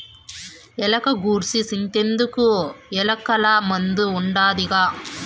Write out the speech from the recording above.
ఎలక గూర్సి సింతెందుకు, ఎలకల మందు ఉండాదిగా